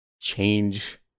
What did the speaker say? change